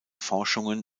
forschungen